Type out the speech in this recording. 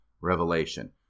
revelation